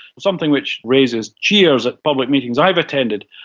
something which raises cheers at public meetings i've attended,